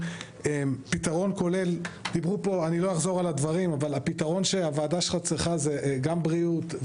אני לא אחזור על הדברים אבל הפתרון שהוועדה שלך צריכה הוא גם בריאות,